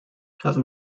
have